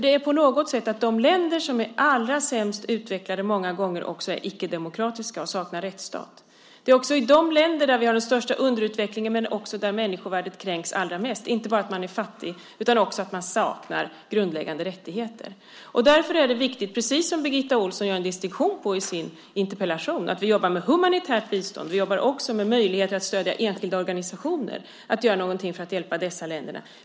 Det är på något sätt så att de länder som är allra sämst utvecklade många gånger också är icke-demokratiska. De är inga rättsstater. Det är också i de länder där den största underutvecklingen finns som människovärdet kränks allra mest. Det handlar inte bara om att man är fattig utan också om att man saknar grundläggande rättigheter. Birgitta Ohlsson gör en distinktion i sin interpellation som är viktig. Det är viktigt att vi jobbar med humanitärt bistånd. Vi ska också jobba med möjligheter att stödja enskilda organisationer när det gäller att göra någonting för att hjälpa dessa länder.